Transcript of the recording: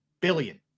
Billion